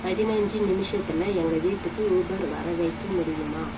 பதினைஞ்சு நிமிஷத்தில் எங்கள் வீட்டுக்கு ஊபர் வர வைக்க முடியுமா